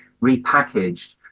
repackaged